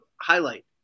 highlight